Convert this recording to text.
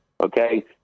okay